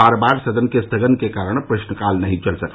बार बार सदन के स्थगन के कारण प्रश्नकाल नहीं चल सका